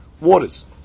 waters